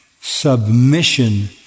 submission